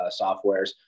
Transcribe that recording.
softwares